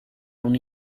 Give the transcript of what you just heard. aún